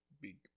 big